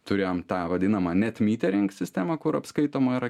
turėjom tą vadinamą net myterink sistemą kur apskaitoma yra